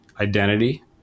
identity